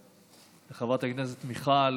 חברת הכנסת מיכל